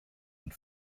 and